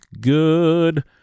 good